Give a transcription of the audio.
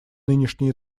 нынешний